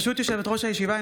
ברשות יושבת-ראש הישיבה,